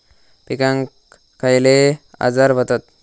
पिकांक खयले आजार व्हतत?